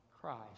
Christ